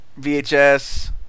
VHS